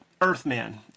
earthman